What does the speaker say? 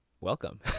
Welcome